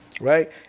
right